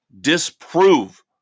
disprove